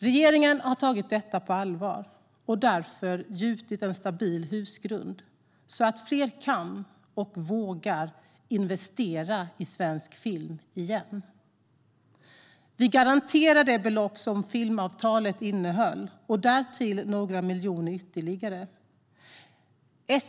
Regeringen har tagit detta på allvar och därför gjutit en stabil husgrund så att fler kan och vågar investera i svensk film igen. Vi garanterar det belopp som filmavtalet innehöll och några miljoner ytterligare.